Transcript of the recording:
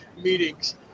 meetings